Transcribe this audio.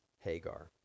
Hagar